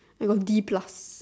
I got C plus